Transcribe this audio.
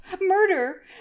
murder